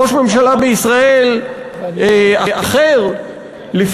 ראש ממשלה אחר בישראל,